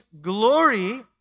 glory